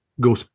go